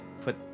put